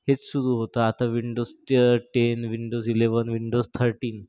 हेच सुरू होतं आता विंडोज ट ten Windows eleven Windows thirteen